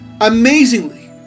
Amazingly